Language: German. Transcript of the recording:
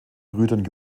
brüdern